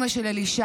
אימא של אלישע,